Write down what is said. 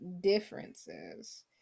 Differences